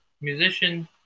Musician